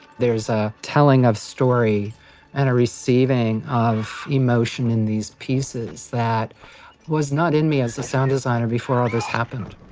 there's a telling of story and a receiving of emotion in these pieces that was not in me as a sound designer before all this happened